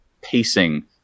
pacing